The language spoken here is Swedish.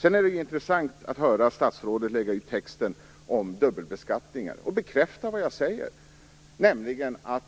Det är intressant att höra statsrådet lägga ut texten om dubbelbeskattningen och bekräfta vad jag säger, nämligen att